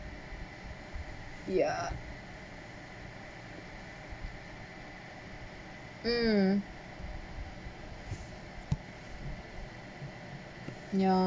yeah mm ya